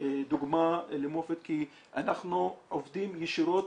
דוגמה למופת כי אנחנו עובדים ישירות